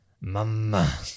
mama